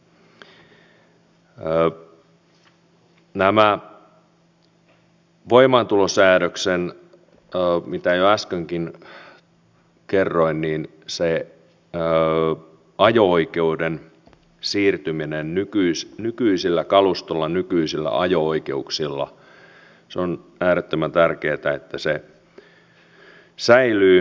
mitä tulee tähän voimaantulosäädökseen mistä jo äskenkin kerroin on äärettömän tärkeätä että ajo oikeuden siirtyminen nykyisellä kalustolla nykyisillä ajo oikeuksilla säilyy